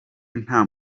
nta